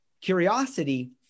Curiosity